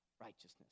righteousness